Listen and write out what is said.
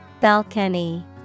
Balcony